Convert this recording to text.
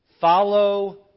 Follow